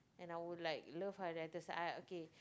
and I would like love highlighters okay